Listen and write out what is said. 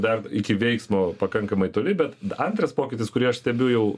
dar iki veiksmo pakankamai toli bet antras pokytis kurį aš stebiu jau